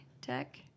Tech